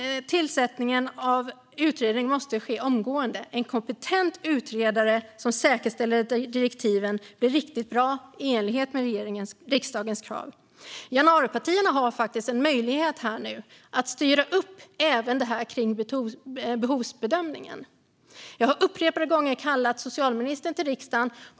Tillsättandet av en kompetent utredare måste ske omgående, och regeringen måste säkerställa att direktiven blir riktigt bra i enlighet med riksdagens krav. Januaripartierna har nu faktiskt en möjlighet att styra upp även behovsbedömningen. Jag har upprepade gånger kallat socialministern till riksdagen.